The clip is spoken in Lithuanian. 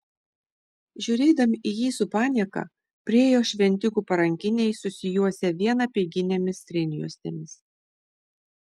žiūrėdami į jį su panieka priėjo šventikų parankiniai susijuosę vien apeiginėmis strėnjuostėmis